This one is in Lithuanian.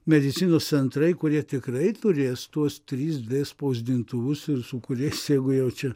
medicinos centrai kurie tikrai turės tuos trys d spausdintuvus ir su kuriais jeigu jau čia